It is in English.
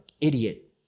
idiot